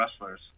wrestlers